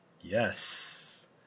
Yes